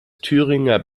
thüringer